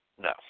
No